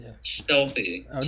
Stealthy